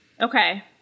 okay